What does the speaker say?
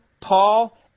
Paul